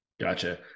Gotcha